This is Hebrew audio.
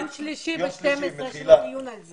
ביום שלישי ב-12:00 יש לנו דיון על זה.